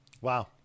Wow